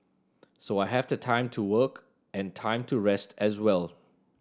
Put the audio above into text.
so I have the time to work and time to rest as well